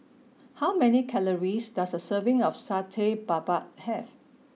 how many calories does a serving of Satay Babat have